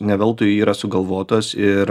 ne veltui yra sugalvotos ir